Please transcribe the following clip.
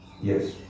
yes